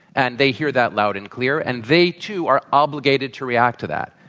and they hear that loud and clear, and they, too, are obligated to react to that.